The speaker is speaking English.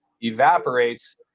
evaporates